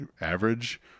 average